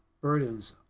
burdens